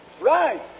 Right